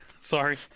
Sorry